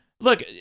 Look